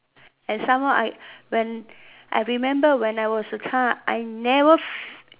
and some more I when I remember when I was a child I never